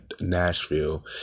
Nashville